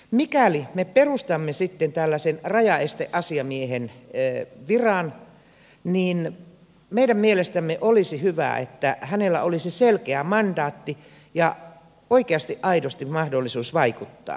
mikäli me perustamme tällaisen rajaesteasiamiehen viran meidän mielestämme olisi hyvä että hänellä olisi selkeä mandaatti ja oikeasti aidosti mahdollisuus vaikuttaa